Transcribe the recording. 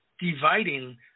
dividing